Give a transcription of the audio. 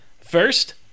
First